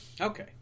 Okay